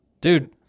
Dude